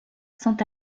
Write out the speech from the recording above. sont